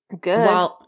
Good